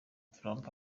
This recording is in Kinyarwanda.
trump